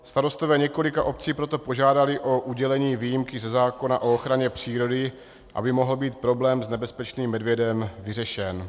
Starostové několika obcí proto požádali o udělení výjimky ze zákona o ochraně přírody, aby mohl být problém s nebezpečným medvědem vyřešen.